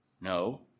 No